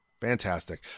Fantastic